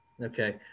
Okay